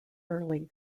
early